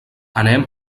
anem